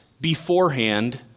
beforehand